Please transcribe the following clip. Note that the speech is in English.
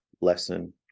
lesson